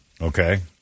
Okay